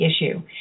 issue